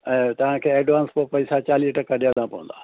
ऐं तव्हांखे एडवांस पोइ पैसा चालीह टका ॾियणा पवंदा